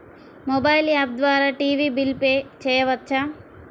Mobile app ద్వారా TV bill pay చేయవచ్చా?